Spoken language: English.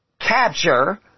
capture